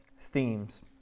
themes